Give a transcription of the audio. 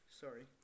Sorry